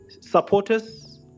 supporters